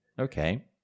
Okay